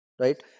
right